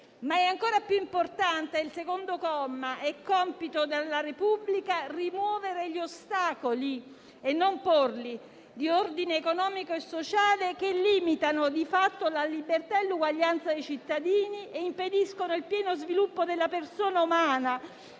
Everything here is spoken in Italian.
Ancora più importante è il secondo comma, che recita: «È compito della Repubblica rimuovere gli ostacoli» - non porli - «di ordine economico e sociale, che, limitando di fatto la libertà e l'eguaglianza dei cittadini, impediscono il pieno sviluppo della persona umana